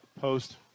post